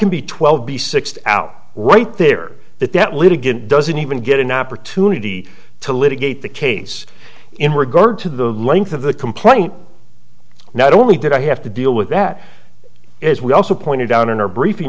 can be twelve b sixty out right there that that litigant doesn't even get an opportunity to litigate the case in regard to the length of the complaint not only did i have to deal with that as we also pointed out in our briefing